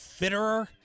Fitterer